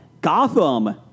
Gotham